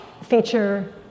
feature